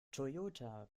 toyota